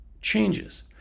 changes